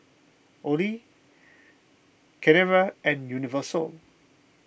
Olay Carrera and Universal